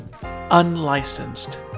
Unlicensed